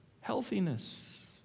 healthiness